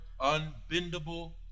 unbendable